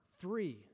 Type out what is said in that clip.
three